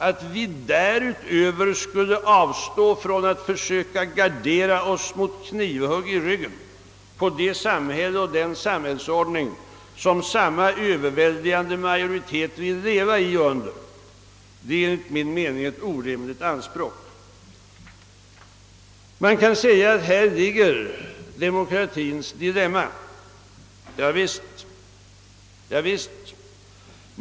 Att vi därutöver skulle avstå från att försöka gardera oss mot knivhugg i ryggen på det samhälle och den samhällsordning som samma överväldigande majoritet vill leva i och under, är ett enligt min mening orimligt anspråk. Man kan säga att häri ligger demokratiens dilemma. Javisst!